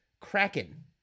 Kraken